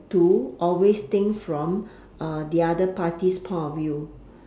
to always think from uh the other party's point of view